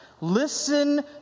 Listen